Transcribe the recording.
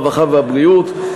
הרווחה והבריאות.